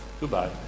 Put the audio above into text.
Goodbye